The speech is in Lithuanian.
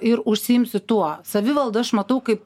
ir užsiimsi tuo savivaldą aš matau kaip